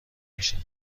میشه